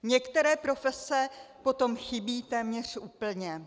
Některé profese potom chybí téměř úplně.